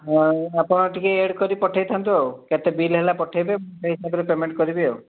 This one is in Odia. ହଁ ଆପଣ ଟିକେ ଆଡ଼୍ କରିିକ ପଠାଇଥାନ୍ତୁ ଆଉ କେତେ ବିଲ୍ ହେଲା ପଠାଇବେ ମୁଁ ସେଇ ହିସାବରେ ପେମେଣ୍ଟ କରିବି ଆଉ